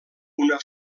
una